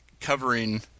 covering